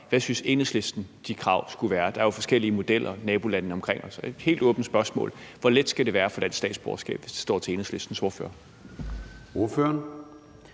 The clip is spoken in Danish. Hvad synes Enhedslisten de krav skulle være? Der er jo forskellige modeller i nabolandene omkring os. Det er et helt åbent spørgsmål: Hvor let skal det være at få dansk statsborgerskab, hvis det står til Enhedslistens ordfører? Kl.